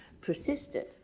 persisted